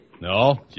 No